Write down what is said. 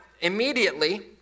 immediately